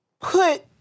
put